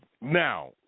Now